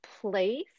place